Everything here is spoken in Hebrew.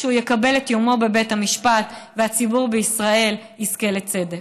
שהוא יקבל את יומו בבית המשפט והציבור בישראל יזכה לצדק.